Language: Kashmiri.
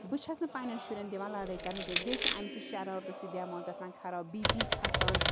بہٕ چھَس نہٕ پنٛنٮ۪ن شُرین دِوان لڑٲے کرنہٕ کیٚنٛہہ بیٚیہِ چھِ اَمہِ سۭتۍ شَرارتہٕ سۭتۍ دٮ۪ماغ گژھان خراب بی پی کھَسان